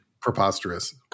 Preposterous